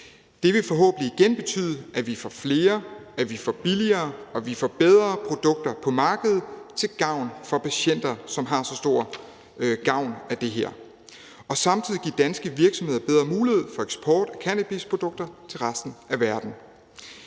Det vil forhåbentlig igen betyde, at vi får flere, billigere og bedre produkter på markedet til gavn for patienter, som har så stor gavn af det her. Og samtidig giver vi danske virksomheder bedre muligheder for eksport af cannabisprodukter til resten af verden.